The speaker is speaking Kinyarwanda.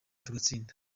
tugatsinda